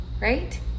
Right